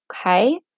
Okay